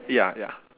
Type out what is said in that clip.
ya ya